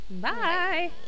bye